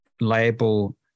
label